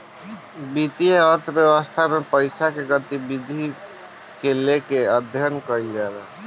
वित्तीय अर्थशास्त्र में पईसा के गतिविधि के लेके अध्ययन कईल जाला